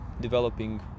developing